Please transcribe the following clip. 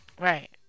Right